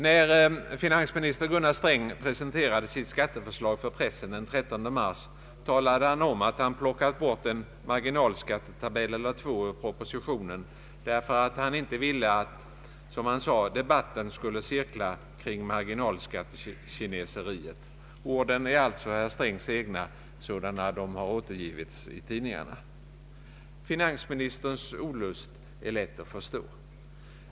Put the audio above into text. När finansminister Gunnar Sträng presenterade sitt skattepaket för pressen den 13 mars, talade han om att han plockat bort en marginalskattetabell eller två ur propositionen, därför att han inte ville att ”debatten skulle cirkla kring marginalskattekineseriet” — orden är herr Strängs egna sådana de återgivits i tidningarna. Finansministerns olust är lätt att förstå.